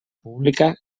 pública